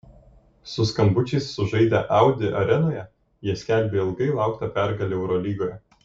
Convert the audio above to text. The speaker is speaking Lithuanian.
su skambučiais sužaidę audi arenoje jie skelbė ilgai lauktą pergalę eurolygoje